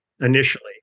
initially